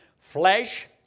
flesh